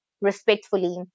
respectfully